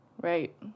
Right